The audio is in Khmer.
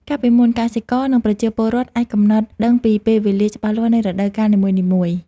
កាលពីមុន កសិករនិងប្រជាពលរដ្ឋអាចកំណត់ដឹងពីពេលវេលាច្បាស់លាស់នៃរដូវកាលនីមួយៗ។